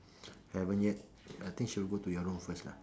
haven't yet I think she will go to your room first lah